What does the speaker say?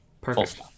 Perfect